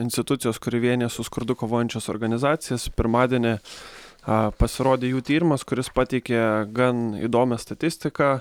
institucijos kuri vienija su skurdu kovojančias organizacijas pirmadienį a pasirodė jų tyrimas kuris pateikė gan įdomią statistiką